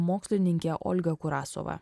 mokslininkė olga kurasova